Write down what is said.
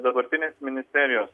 dabartinės ministerijos